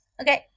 Okay